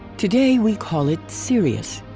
today we call it sirius.